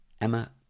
Emma